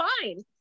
fine